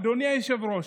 אדוני היושב-ראש,